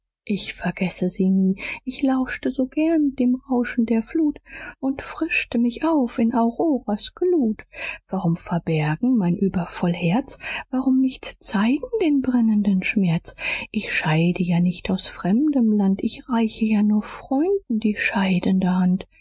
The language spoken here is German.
ich vergesse sie nie ich lauschte so gerne dem rauschen der flut und frischte mich auf in auroras glut warum verbergen mein übervoll herz warum nicht zeigen den brennenden schmerz ich scheide ja nicht aus fremdem land ich reich ja nur freunden die scheidende hand